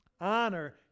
Honor